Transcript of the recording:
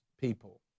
people